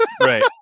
right